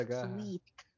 sweet